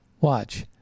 watch